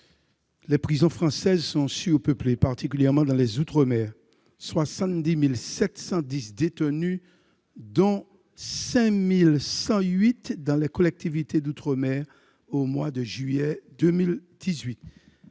Les prisons françaises sont surpeuplées, particulièrement dans les outre-mer : on dénombrait 70 710 détenus, dont 5 108 dans les collectivités d'outre-mer au mois de juillet